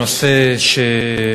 זה נושא שאני,